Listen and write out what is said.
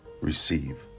receive